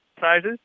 sizes